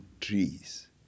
trees